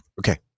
Okay